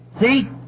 See